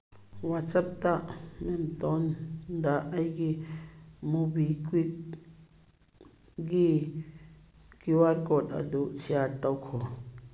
ꯋꯥꯆꯞꯇ ꯃꯦꯝꯇꯣꯟꯗ ꯑꯩꯒꯤ ꯃꯣꯕꯤꯀ꯭ꯋꯤꯛꯒꯤ ꯀ꯭ꯌꯨ ꯑꯥꯔ ꯀꯣꯗ ꯑꯗꯨ ꯁꯤꯌꯔ ꯇꯧꯈꯣ